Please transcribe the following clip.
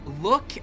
look